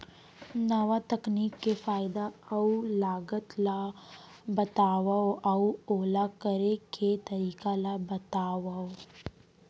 नवा तकनीक के फायदा अऊ लागत ला बतावव अऊ ओला करे के तरीका ला बतावव?